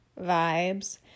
vibes